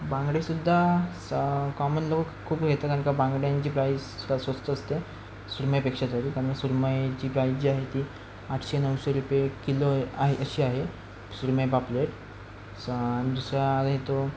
बांगडे सुद्धा स कॉमन लोक खूप घेतात कारण का बांगड्यांची प्राईस स्व स्वस्त असते सुरमईपेक्षा तरी कारण सुरमईची प्राईस जी आहे ती आठशे नऊशे रुपये किलो आहे अशी आहे सुरमई पापलेट असं आणि दुसरा आहे तो